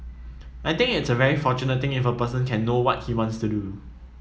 I think it's a very fortunate thing if a person can know what he wants to do